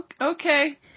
Okay